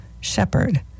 Shepherd